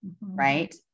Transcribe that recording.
right